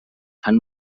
fan